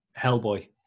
Hellboy